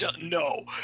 no